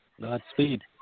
Godspeed